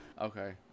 Okay